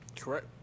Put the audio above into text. Correct